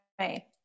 right